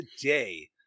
today